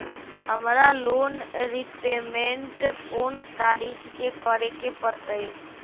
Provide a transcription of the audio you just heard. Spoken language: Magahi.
हमरा लोन रीपेमेंट कोन तारीख के करे के परतई?